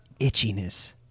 itchiness